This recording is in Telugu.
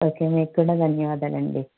ఓకే మీకు కూడా ధన్యవాదాలండీ